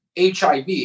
HIV